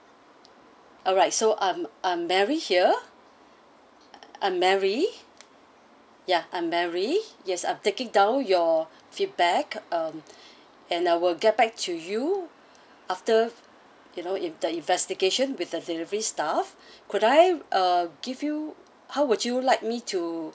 alright so um I'm marie here I'm marie ya I'm marie yes I'm taking down your feedback um and I will get back to you after you know if the investigation with the delivery staff could I uh give you how would you like me to